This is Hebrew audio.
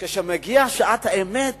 כשמגיעה שעת האמת